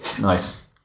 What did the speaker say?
Nice